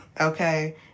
okay